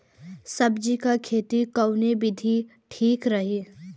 सब्जी क खेती कऊन विधि ठीक रही?